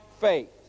faith